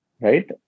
Right